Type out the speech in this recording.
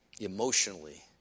emotionally